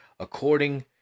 according